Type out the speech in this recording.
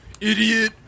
idiot